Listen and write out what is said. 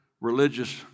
religious